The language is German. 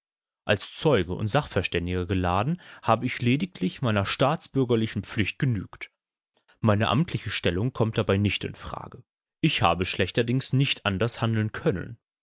als zeuge und sachverständiger geladen habe ich lediglich meiner staatsbürgerlichen pflicht genügt meine amtliche stellung kommt dabei nicht in frage ich habe schlechterdings nicht anders handeln können